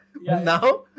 Now